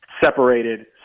separated